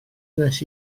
wnes